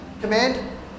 command